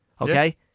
Okay